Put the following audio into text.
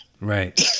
Right